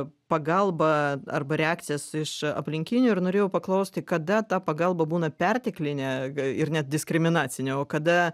pagalbą arba reakcijas iš aplinkinių ir norėjau paklausti kada ta pagalba būna perteklinė ir net diskriminacinė o kada